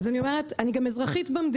אז אני אומרת, אני גם אזרחית במדינה.